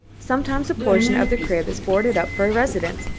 sometimes a portion of the crib is boarded up for a residence,